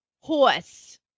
horse